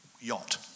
yacht